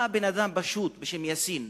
בא בן-אדם פשוט בשם יאסין.